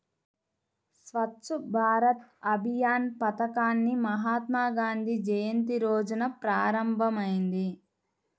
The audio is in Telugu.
స్వచ్ఛ్ భారత్ అభియాన్ పథకాన్ని మహాత్మాగాంధీ జయంతి రోజున ప్రారంభమైంది